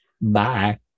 bye